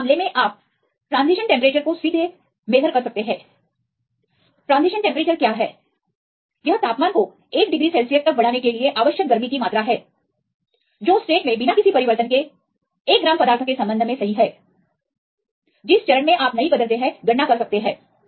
तो इस मामले में आप इस ट्रांजिशन टेंपरेचर को सीधे माप सकते हैं यह तापमान को 1 डिग्री सेल्सियस तक बढ़ाने के लिए आवश्यक गर्मी की मात्रा है जो स्टेट में बिना किसी परिवर्तन के 1 ग्राम पदार्थ के संबंध में सही है जिस चरण में आप नहीं बदलते हैं गणना कर सकते हैं